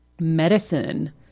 medicine